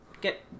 get